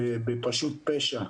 בפשוט פשע.